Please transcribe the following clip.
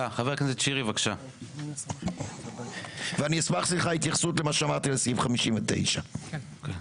אני אשמח להתייחסות לגבי מה שאמרתי לעניין סעיף 59. תודה.